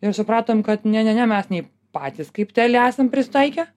ir supratom kad ne ne ne mes nei patys kaip telia esam prisitaikę